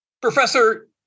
Professor